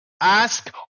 Ask